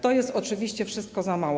To jest oczywiście wszystko za mało.